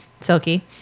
silky